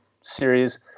series